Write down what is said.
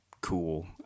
cool